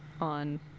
on